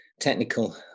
technical